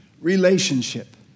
relationship